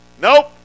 nope